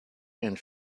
and